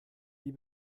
die